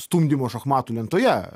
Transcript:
stumdymo šachmatų lentoje